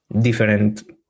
Different